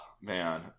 man